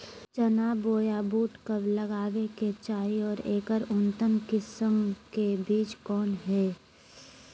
चना बोया बुट कब लगावे के चाही और ऐकर उन्नत किस्म के बिज कौन है?